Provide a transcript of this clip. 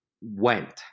went